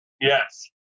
yes